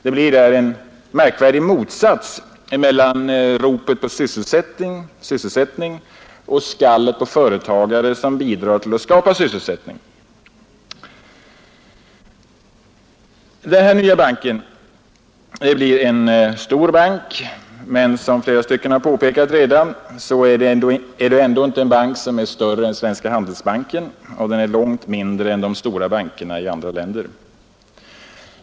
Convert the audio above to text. Det blir där en märkvärdig motsats mellan ropet på sysselsättning och skallet på företagare som bidrar till att skapa sysselsättning. Den nya banken blir en stor bank men som flera talare har påpekat redan är det ändå inte en bank som är större än Svenska handelsbanken, och den är långt mindre än de stora bankerna i andra länder.